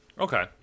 Okay